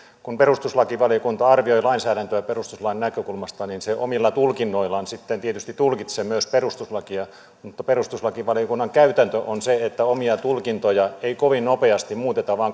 kun perustuslakivaliokunta arvioi lainsäädäntöä perustuslain näkökulmasta niin se omilla tulkinnoillaan sitten tietysti tulkitsee myös perustuslakia mutta perustuslakivaliokunnan käytäntö on se että omia tulkintoja ei kovin nopeasti muuteta vaan